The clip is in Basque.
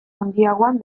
handiagoan